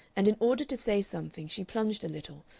and in order to say something she plunged a little,